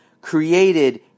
created